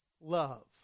love